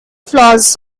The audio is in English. flaws